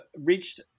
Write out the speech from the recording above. reached